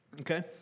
Okay